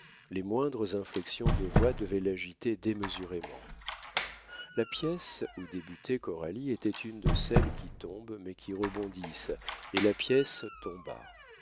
les moindres inflexions de voix devaient l'agiter démesurément la pièce où débutait coralie était une de celles qui tombent mais qui rebondissent et la pièce tomba